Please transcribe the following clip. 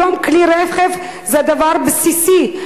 היום כלי רכב הוא דבר בסיסי.